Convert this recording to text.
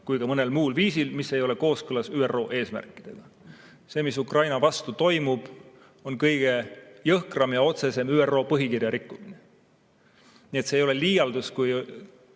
kui ka mõnel muul viisil, mis ei ole kooskõlas ÜRO eesmärkidega." See, mis Ukraina vastu toimub, on kõige jõhkram ja otsesem ÜRO põhikirja rikkumine. Nii et see ei ole liialdus, kui